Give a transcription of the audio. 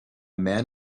man